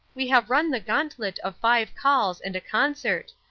we have run the gauntlet of five calls and a concert,